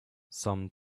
some